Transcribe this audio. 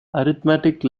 arithmetic